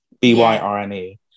B-Y-R-N-E